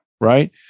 right